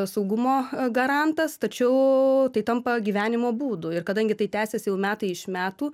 saugumo garantas tačiau tai tampa gyvenimo būdu ir kadangi tai tęsiasi jau metai iš metų